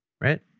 right